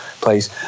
place